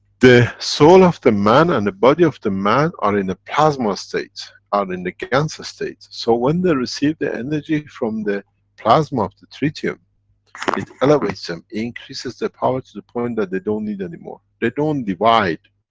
the soul of the man and the body of the man are in a plasma-state, are in the gans-state. so when they receive the energy from the plasma of the tritium, it elevates them. increases the power to the point that they don't need anymore. they don't divide,